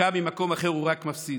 חוקה ממקום אחר, הוא רק מפסיד,